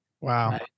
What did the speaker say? Wow